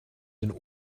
den